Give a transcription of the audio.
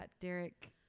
Derek